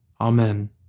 Amen